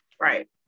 Right